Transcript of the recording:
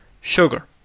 sugar